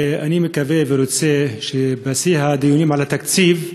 ואני מקווה ורוצה שבשיא הדיונים על התקציב,